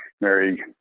Mary